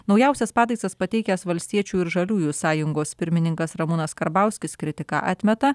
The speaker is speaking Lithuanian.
naujausias pataisas pateikęs valstiečių ir žaliųjų sąjungos pirmininkas ramūnas karbauskis kritiką atmeta